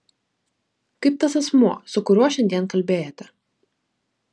kaip tas asmuo su kuriuo šiandien kalbėjote